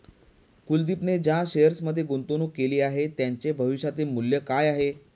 कुलदीपने ज्या शेअर्समध्ये गुंतवणूक केली आहे, त्यांचे भविष्यातील मूल्य काय आहे?